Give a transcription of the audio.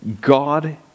God